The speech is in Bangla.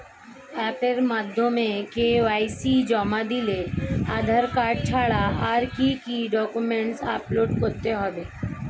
অ্যাপের মাধ্যমে কে.ওয়াই.সি জমা দিলে আধার কার্ড ছাড়া আর কি কি ডকুমেন্টস আপলোড করতে হবে?